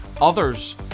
others